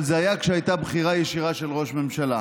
אבל זה היה כשהייתה בחירה ישירה של ראש ממשלה.